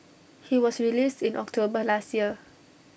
he was released in October last year